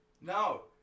no